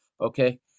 okay